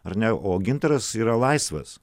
ar ne o gintaras yra laisvas